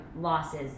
losses